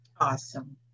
Awesome